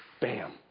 bam